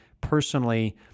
personally